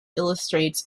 illustrates